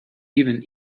even